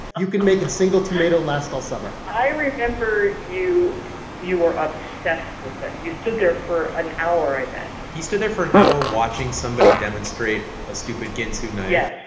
you can make a single tomato last all summer i remember you you were obsessed with it. you stood there for an hour, i bet he stood there for an hour watching somebody demonstrate a stupid ginsu knife? yeah